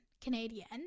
Canadian